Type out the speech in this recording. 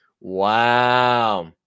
Wow